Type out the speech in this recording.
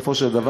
בסופו של דבר,